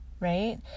right